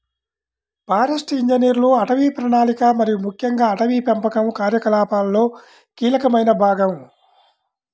forest ఇంజనీర్లు అటవీ ప్రణాళిక మరియు ముఖ్యంగా అటవీ పెంపకం కార్యకలాపాలలో కీలకమైన భాగం